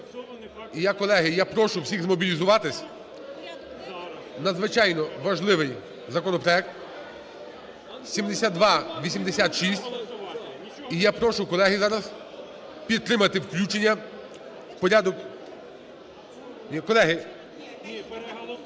І я, колеги, прошу всіхзмобілізуватися, надзвичайно важливий законопроект 7286. І я прошу, колеги, зараз підтримати включення в порядок… Колеги! (Шум